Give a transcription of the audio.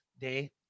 day